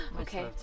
Okay